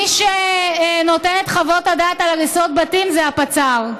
מי שנותן את חוות הדעת על הריסות בתים זה הפצ"ר.